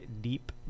deep